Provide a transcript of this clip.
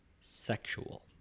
sexual